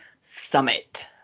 summit